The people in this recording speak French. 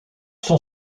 sont